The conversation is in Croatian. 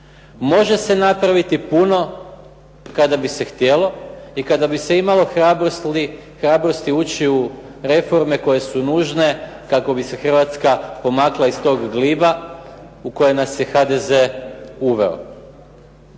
Može se napraviti puno kada bi se htjelo i kada bi se imalo hrabrosti ući u reforme koje su nužne kako bi se Hrvatska pomakla iz tog gliba u koji nas je HDZ uveo.